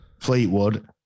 Fleetwood